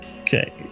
Okay